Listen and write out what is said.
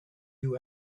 you